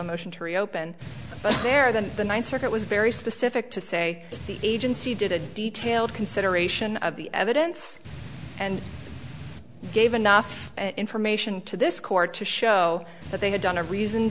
a motion to reopen but there than the ninth circuit was very specific to say the agency did a detailed consideration of the evidence and gave enough information to this court to show that they had done a reason